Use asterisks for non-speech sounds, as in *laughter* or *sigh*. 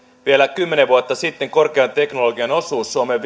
vielä kymmenen vuotta sitten korkean teknologian osuus suomen *unintelligible*